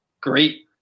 great